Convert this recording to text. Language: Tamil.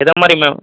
எது மாதிரி மேம்